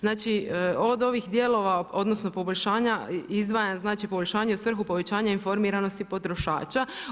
Znači od ovih dijelova, odnosno poboljšanja izdvajam znači poboljšanje u svrhu povećanja informiranosti potrošača.